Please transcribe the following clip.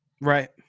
Right